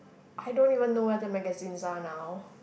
I don't even know where the magazines are now